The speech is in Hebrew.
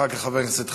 אחר כך, חבר הכנסת חזן,